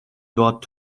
dort